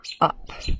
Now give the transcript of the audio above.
up